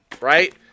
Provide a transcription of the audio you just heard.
right